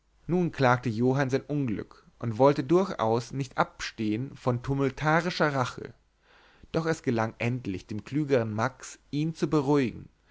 nun klagte johann sein unglück und wollte durchaus nicht abstehen von tumultuarischer rache doch gelang es endlich dem klügern max ihn zu beruhigen